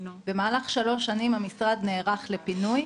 במהלך שלוש שנים המשרד נערך לפינוי,